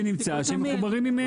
זה לא נכון.